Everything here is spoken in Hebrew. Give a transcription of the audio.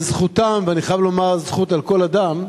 לזכותם, ואני חייב לומר זכות על כל אדם,